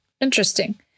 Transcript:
Interesting